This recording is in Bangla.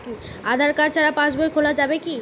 আধার কার্ড ছাড়া পাশবই খোলা যাবে কি?